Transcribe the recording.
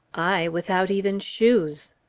i without even shoes.